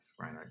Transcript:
right